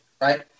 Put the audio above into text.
right